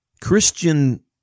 Christian